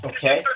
Okay